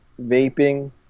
vaping